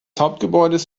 hauptgebäudes